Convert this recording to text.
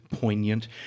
poignant